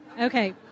Okay